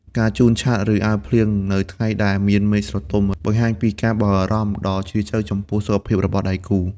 ការជូនឆ័ត្រ ឬអាវភ្លៀងនៅថ្ងៃដែលមានមេឃស្រទុំ បង្ហាញពីការបារម្ភដ៏ជ្រាលជ្រៅចំពោះសុខភាពរបស់ដៃគូ។